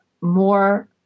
more